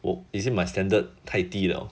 oh is it my standard 太低 liao